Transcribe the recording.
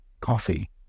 coffee